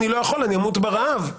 אני אמות מרעב,